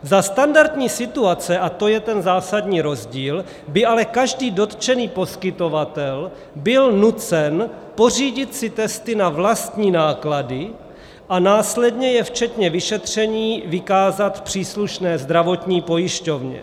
Za standardní situace, a to je ten zásadní rozdíl, by ale každý dotčený poskytovatel byl nucen pořídit si testy na vlastní náklady a následně je včetně vyšetření vykázat příslušné zdravotní pojišťovně.